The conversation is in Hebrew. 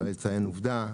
לציין עובדה,